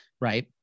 right